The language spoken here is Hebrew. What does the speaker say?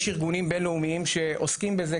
יש ארגונים בין-לאומיים שעוסקים בזה,